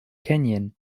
kenyan